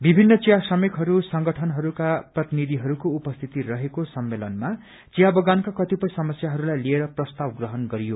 विभित्र चिया श्रमिक संगठनहरूका प्रतिनिधिहरूको उपस्थिति रहेको सम्मेलनमा चिया बंगानका कतिपय समस्याहरूलाई लिएर प्रस्ताव ग्रहण गरियो